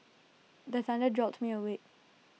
the thunder jolt me awake